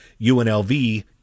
UNLV